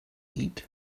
eat